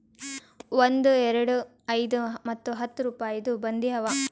ಒಂದ್, ಎರಡು, ಐಯ್ದ ಮತ್ತ ಹತ್ತ್ ರುಪಾಯಿದು ಬಂದಿ ಅವಾ